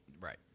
Right